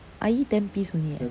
I eat ten piece only eh